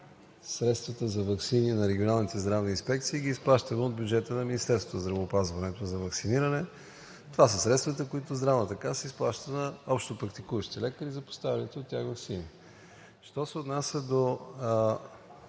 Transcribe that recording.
Средствата за ваксини на регионалните здравни инспекции ги изплащаме от бюджета на Министерството на здравеопазването за ваксини. Това са средствата, които Здравната каса изплаща на общопрактикуващи лекари, за поставяните от тях ваксини. Що се отнася до